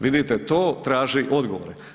Vidite to traži odgovore.